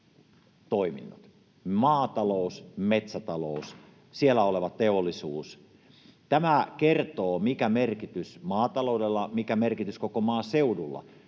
maatalous, metsätalous, siellä oleva teollisuus. Tämä kertoo, mikä merkitys maataloudella, mikä merkitys koko maaseudulla